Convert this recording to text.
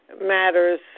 matters